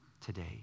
today